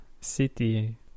city